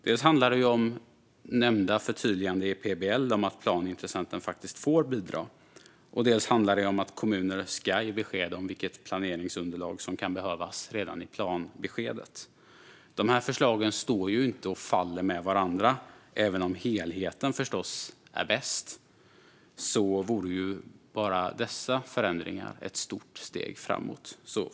Dels handlar det om det nämnda förtydligandet i PBL om att planintressenten faktiskt får bidra, dels handlar det om att kommuner ska ge besked om vilket planeringsunderlag som kan behövas redan i planbeskedet. Dessa förslag står och faller inte med varandra. Även om helheten förstås är bäst vore bara dessa förändringar ett stort steg framåt.